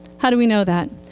how do we know that?